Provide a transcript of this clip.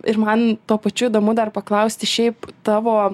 ir man tuo pačiu įdomu dar paklausti šiaip tavo